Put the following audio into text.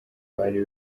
ari